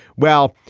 well,